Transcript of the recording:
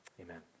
Amen